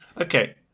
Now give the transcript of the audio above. Okay